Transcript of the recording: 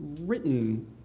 written